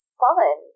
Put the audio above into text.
fun